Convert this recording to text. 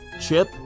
chip